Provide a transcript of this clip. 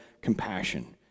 compassion